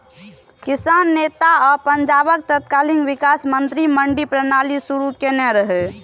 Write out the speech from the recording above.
किसान नेता आ पंजाबक तत्कालीन विकास मंत्री मंडी प्रणाली शुरू केने रहै